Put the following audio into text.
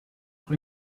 auch